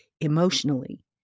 emotionally